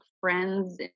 friends